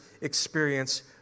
experience